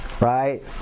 Right